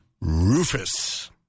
Rufus